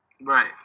Right